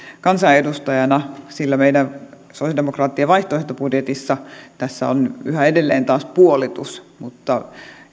kansanedustajana sillä meidän sosialidemokraattien vaihtoehtobudjetissa on yhä edelleen taas puolitus mutta